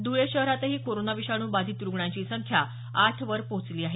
धुळे शहरातही कोरोना विषाणू बाधित रुग्णाची संख्या आठवर पोहोचली आहे